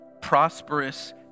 prosperous